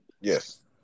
Yes